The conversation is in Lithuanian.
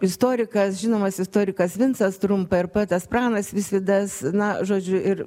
istorikas žinomas istorikas vincas trumpa ir poetas pranas visvydas na žodžiu ir